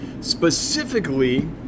Specifically